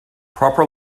proper